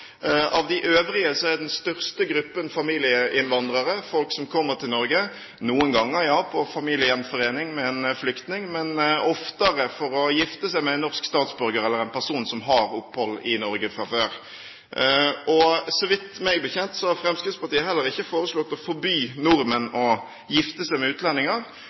Av de øvrige er den største gruppen familieinnvandrere, folk som noen ganger kommer til Norge på familiegjenforening med en flyktning, men oftere for å gifte seg med en norsk statsborger eller en person som har opphold i Norge fra før. Så vidt jeg vet, har Fremskrittspartiet heller ikke foreslått å forby nordmenn å gifte seg med utlendinger.